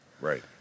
Right